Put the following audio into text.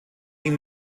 ihm